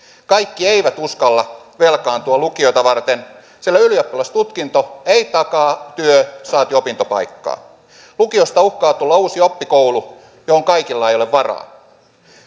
kaikki eivät uskalla velkaantua lukiota varten sillä ylioppilastutkinto ei takaa työ saati opintopaikkaa lukiosta uhkaa tulla uusi oppikoulu johon kaikilla ei ole varaa